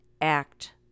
act